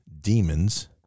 demons